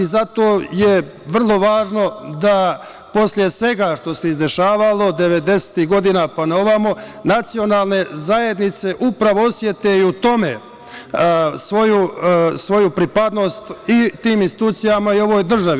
Zato je vrlo važno da poslije svega što se izdešavalo devedesetih godina pa na ovamo, nacionalne zajednice upravo osete i u tome svoju pripadnost i tim institucijama i ovoj državi.